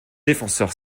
défenseur